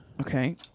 Okay